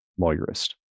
Lawyerist